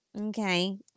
Okay